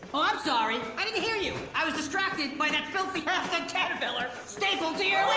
ah i'm sorry, i didn't hear you. i was distracted by that filthy, half-dead caterpillar stapled to your like